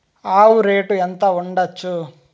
ఆవు రేటు ఎంత ఉండచ్చు?